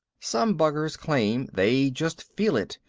some buggers claim they just feel it,